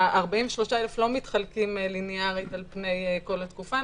ה-43,000 לא נחלקים ליניארית על פני כל התקופה,